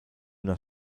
una